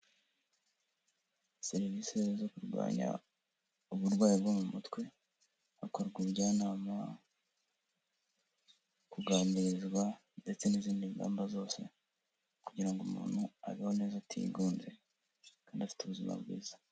Serivisi zo kurwanya uburwayi bwo mu mutwe, hakorwa umujyanama, kuganirizwa ndetse n'izindi ngamba zose kugira ngo umuntu abeho neza atigunze kandi afite ubuzima bwiza.